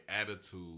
attitude